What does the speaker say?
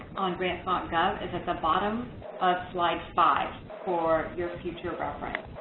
on grants um gov is at the bottom of slide five for your future reference.